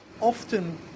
Often